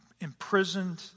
imprisoned